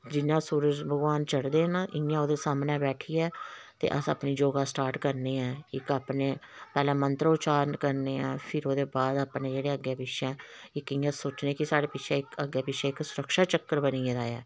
जि'यां सूरज भगवान चढ़दे न इ'यां ओह्दे सामनै बैठिये ते अस अपनी योगा स्टार्ट करने ऐं इक अपने पैह्लें मंत्र उचारण करने आं फिर ओह्दे बाद अपने जेह्डे़ अग्गें पिच्छें न इक इ'यां सोचने कि साढ़े पिच्छे अग्गें पिच्छें इक सुरक्षा चक्कर बनी गेदा ऐ